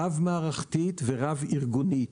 רב מערכתית ורב ארגונית,